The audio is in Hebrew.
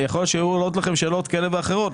ויכול להיות שהיו עולות מצידכם שאלות כאלה ואחרות.